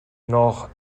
noch